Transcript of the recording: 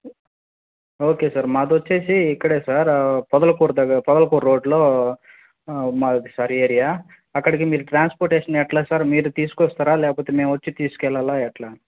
okay sir మాదొచ్చేసి ఇక్కడే sir Podalakur దగ్గ పొదలకూరు రోడ్డులో మాది సార్ ఏరియా అక్కడికి మీరు ట్రాన్స్పొర్టేషన్ ఎలా సార్ మీరు తీసుకొస్తారా లేకపోతే మేము వచ్చి తీసుకెళ్ళాలా ఎలా